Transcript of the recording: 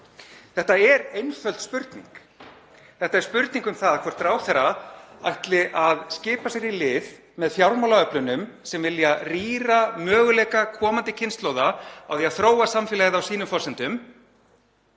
Þetta er einföld spurning. Þetta er spurning um það hvort ráðherra ætli að skipa sér í lið með fjármálaöflunum sem vilja rýra möguleika komandi kynslóða á að þróa samfélagið á sínum forsendum